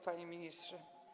Panie Ministrze!